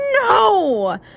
No